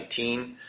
2019